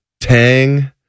tang